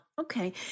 Okay